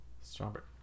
Strawberry